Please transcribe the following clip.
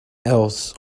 else